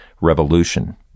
revolution